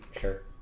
Sure